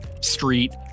street